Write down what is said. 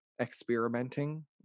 experimenting